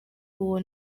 uwo